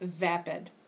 vapid